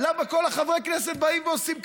למה כל החברי כנסת באים ועושים ככה?